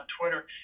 Twitter